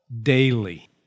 daily